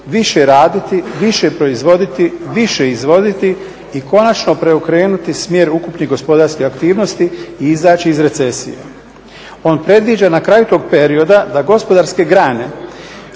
više raditi, više proizvoditi, više izvoziti i konačno preokrenuti smjer ukupnih gospodarskih aktivnosti i izaći iz recesije. On predviđa na kraju tog perioda da gospodarske grane